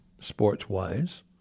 sports-wise